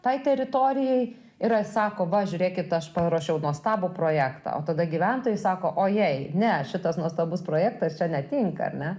tai teritorijai ir jie sako va žiūrėkit aš paruošiau nuostabų projektą o tada gyventojai sako ojei ne šitas nuostabus projektas čia netinka ar ne